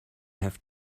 have